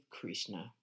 Krishna